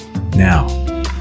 Now